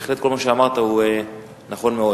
בהחלט כל מה שאמרת הוא נכון מאוד.